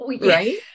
Right